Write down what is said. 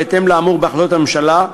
בהתאם לאמור בהחלטות הממשלה,